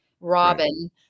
Robin